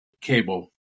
Cable